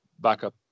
backup